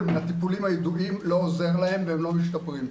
מהטיפולים הידועים לא עוזר להם והם לא משתפרים.